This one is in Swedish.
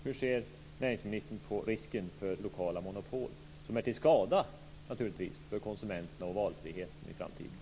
Hur ser alltså näringsministern på risken för lokala monopol, som naturligtvis är till skada för konsumenterna och valfriheten i framtiden?